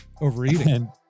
Overeating